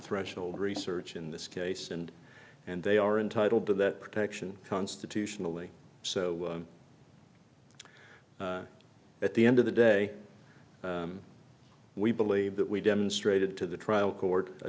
threshold research in this case and and they are entitled to that protection constitutionally so at the end of the day we believe that we demonstrated to the trial court a